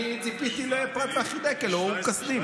אני ציפיתי לפרת והחידקל או אור כשדים.